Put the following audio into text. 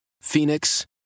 Phoenix